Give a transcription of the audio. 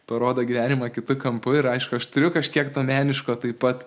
parodo gyvenimą kitu kampu ir aišku aš turiu kažkiek to meniško taip pat